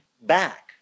back